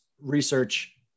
research